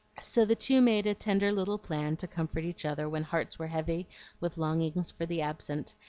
so the two made a tender little plan to comfort each other when hearts were heavy with longings for the absent,